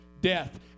death